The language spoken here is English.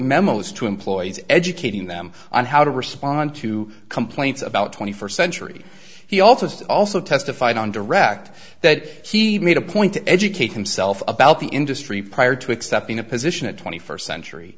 memos to employees educating them on how to respond to complaints about twenty first century he also just also testified on direct that he made a point to educate himself about the industry prior to accepting a position at twenty first century